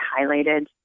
highlighted